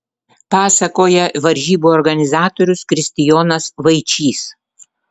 pasakoja varžybų organizatorius kristijonas vaičys